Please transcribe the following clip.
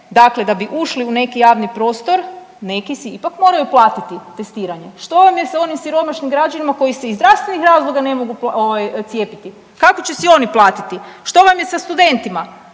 dakle da bi ušli u neki javni prostor neki si ipak moraju platiti testiranje. Što vam je s onim siromašnim građanima koji se iz zdravstvenih razloga ne mogu ovaj cijepiti, kako će si oni platiti? Što vam je sa studentima,